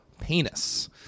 penis